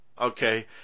Okay